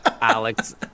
Alex